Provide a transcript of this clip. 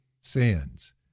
sins